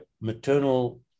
maternal